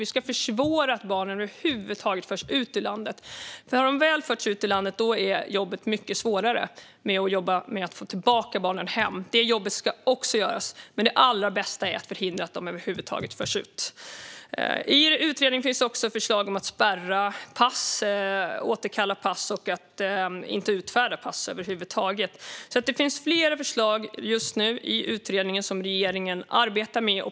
Vi ska försvåra att barn över huvud taget förs ut ur landet. När de väl har förts ut ur landet är jobbet för att få tillbaka barnen hem mycket svårare. Det jobbet ska också göras, men det allra bästa är att förhindra att de över huvud taget förs ut. I utredningen finns också förslag om att spärra och återkalla pass och att inte utfärda pass över huvud taget. Det finns alltså flera förslag i den utredning som regeringen just nu arbetar med.